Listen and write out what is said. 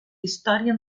història